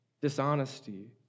dishonesty